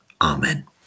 Amen